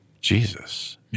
Jesus